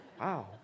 Wow